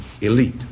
elite